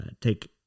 take